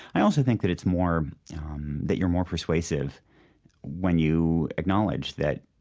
i also think that it's more um that you're more persuasive when you acknowledge that,